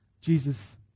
Jesus